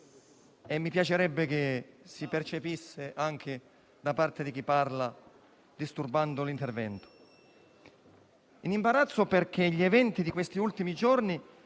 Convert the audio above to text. e mi piacerebbe che lo percepisse anche chi parla disturbando il mio intervento. Sono in imbarazzo perché gli eventi di questi ultimi giorni